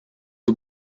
the